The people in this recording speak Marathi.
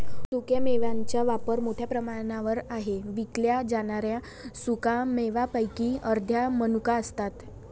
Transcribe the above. सुक्या मेव्यांचा वापर मोठ्या प्रमाणावर आहे विकल्या जाणाऱ्या सुका मेव्यांपैकी अर्ध्या मनुका असतात